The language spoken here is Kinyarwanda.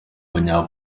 banya